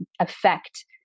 affect